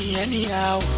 anyhow